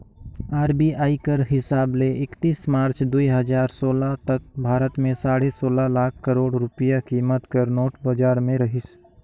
RBI कर हिसाब ले एकतीस मार्च दुई हजार सोला तक भारत में साढ़े सोला लाख करोड़ रूपिया कीमत कर नोट बजार में रहिस